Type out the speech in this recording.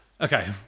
Okay